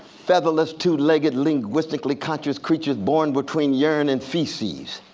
featherless, two-legged, linguistically conscious creature born between urine and feces,